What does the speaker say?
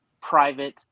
private